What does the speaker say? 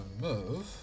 move